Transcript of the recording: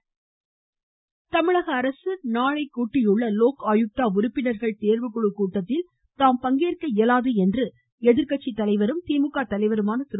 ஸ்டாலின் தமிழக அரசு நாளை கூட்டியுள்ள லோக் ஆயுக்தா உறுப்பினர்கள் தேர்வு குழுக் கூட்டத்தில் பங்கேற்க இயலாது என்று எதிர்கட்சித்தலைவரும் திமுக தலைவருமான திரு